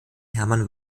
hermann